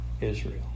Israel